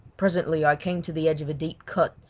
presently i came to the edge of a deep cut,